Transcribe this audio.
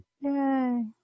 Yay